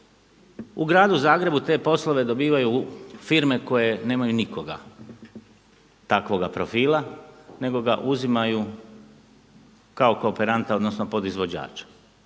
U gradu Zagrebu te poslove dobivaju firme koje nemaju nikoga takvoga profila, nego ga uzimaju kao kooperanta, odnosno podizvođača.